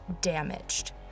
damaged